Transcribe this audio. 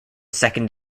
second